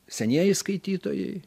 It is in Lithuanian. senieji skaitytojai